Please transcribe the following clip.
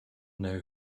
know